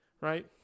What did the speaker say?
Right